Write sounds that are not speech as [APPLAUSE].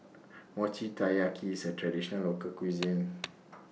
Mochi Taiyaki IS A Traditional Local Cuisine [NOISE]